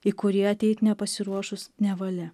į kurį ateit nepasiruošus nevalia